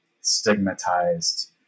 stigmatized